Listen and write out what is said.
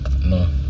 No